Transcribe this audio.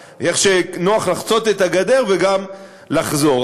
שנוח לחצות את הגדר וגם לחזור.